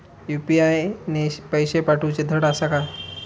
UPI ने पैशे पाठवूचे धड आसा काय?